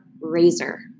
razor